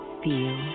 feel